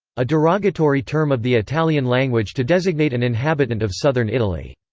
a derogatory term of the italian language to designate an inhabitant of southern italy.